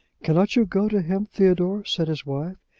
cannot you go to him, theodore? said his wife.